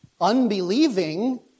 unbelieving